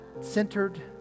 centered